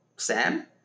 Sam